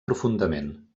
profundament